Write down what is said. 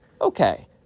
Okay